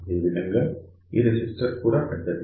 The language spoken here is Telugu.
అదేవిధంగా ఈ రెసిస్టర్ కూడా పెద్దది